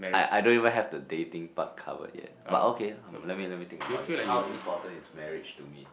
I I don't even have the dating part covered yet but okay let me let me think about it how important is marriage to me